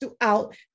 throughout